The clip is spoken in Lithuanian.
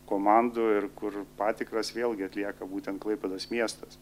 komandų ir kur patikras vėlgi atlieka būtent klaipėdos miestas